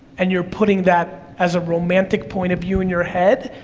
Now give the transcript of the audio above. and you're putting that as a romantic point of view in your head,